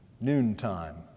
noontime